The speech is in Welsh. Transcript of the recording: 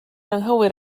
anghywir